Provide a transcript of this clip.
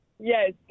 yes